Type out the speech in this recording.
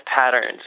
patterns